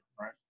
right